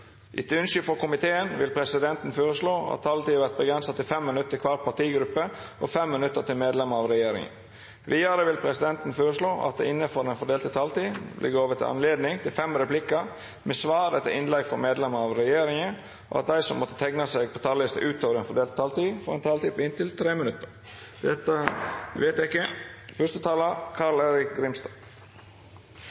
Etter ønske fra helse- og omsorgskomiteen vil presidenten foreslå at taletiden blir begrenset til 5 minutter til hver partigruppe og 5 minutter til medlemmer av regjeringen. Videre vil presidenten foreslå at det – innenfor den fordelte taletid – blir gitt anledning til fem replikker med svar etter innlegg fra medlemmer av regjeringen, og at de som måtte tegne seg på talerlisten utover den fordelte taletid, får en taletid på inntil 3 minutter.